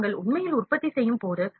நாங்கள் உண்மையில் உற்பத்தி செய்யும் போது